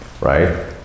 right